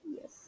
yes